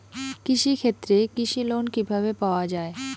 কৃষি ক্ষেত্রে কৃষি লোন কিভাবে পাওয়া য়ায়?